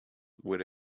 with